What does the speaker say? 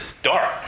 Dark